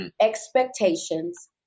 Expectations